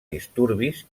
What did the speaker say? disturbis